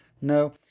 No